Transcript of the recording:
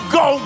go